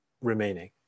remaining